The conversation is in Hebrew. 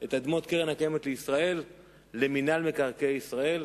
את אדמות קרן קיימת לישראל למינהל מקרקעי ישראל,